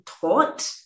taught